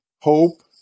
hope